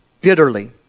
bitterly